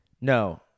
no